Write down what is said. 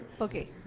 Okay